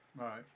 right